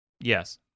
Yes